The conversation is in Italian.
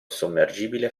sommergibile